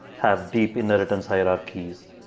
have deep inheritance hierarchies.